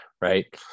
Right